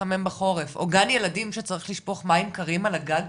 או גן ילדים שצריך לשפוך מים קרים על גג,